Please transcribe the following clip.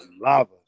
lava